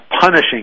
punishing